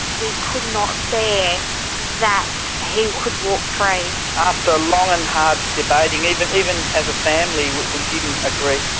we could not bear that he could walk free. after long and hard debating, even even as a family we didn't agree,